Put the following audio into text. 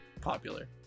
popular